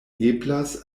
eblas